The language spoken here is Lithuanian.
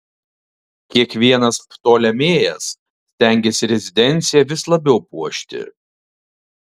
kiekvienas ptolemėjas stengėsi rezidenciją vis labiau puošti